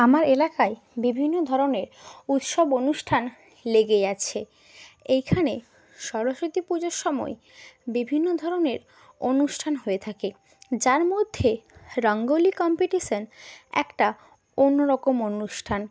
আমার এলাকায় বিভিন্ন ধরনের উৎসব অনুষ্ঠান লেগে আছে এইখানে সরস্বতী পুজোর সময় বিভিন্ন ধরনের অনুষ্ঠান হয়ে থাকে যার মধ্যে রাঙ্গোলি কম্পিটিশান একটা অন্য রকম অনুষ্ঠান